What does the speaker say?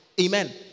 amen